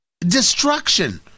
Destruction